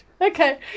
Okay